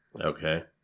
Okay